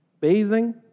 bathing